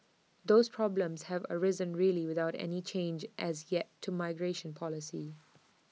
those problems have arisen really without any change as yet to migration policy